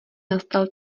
nastal